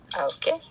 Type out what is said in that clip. Okay